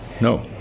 No